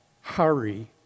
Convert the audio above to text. hurry